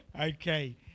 Okay